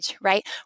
right